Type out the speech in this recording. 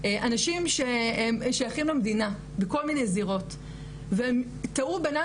אנשים ששייכים למדינה בכל מיני זירות והם תהו בינם